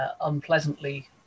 unpleasantly